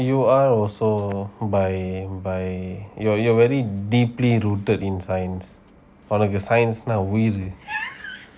you are also by by you you very deeply rooted in science one of your science like உன்னக்கு:unnaku science நா உயிரு:naa uyiru